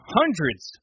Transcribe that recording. hundreds